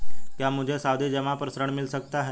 क्या मुझे सावधि जमा पर ऋण मिल सकता है?